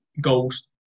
goals